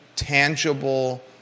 tangible